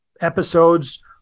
episodes